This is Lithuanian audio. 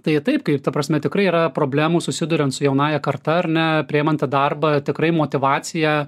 tai taip kaip ta prasme tikrai yra problemų susiduriant su jaunąja karta ar ne priimant į darbą tikrai motyvacija